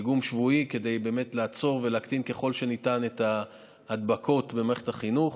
דיגום שבועי כדי לעצור ולהקטין ככל שניתן את ההדבקות במערכת החינוך,